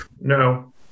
No